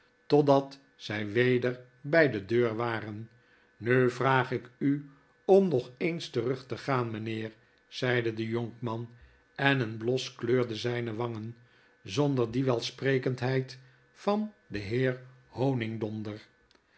totdat zy weder bij de deur waren w nu vraag ik u om nog eens terugtegaan mijnheer zeide de jonkman eii een bios kleurde zijne wangen zonder die welsprekendheid van den heer honigdonder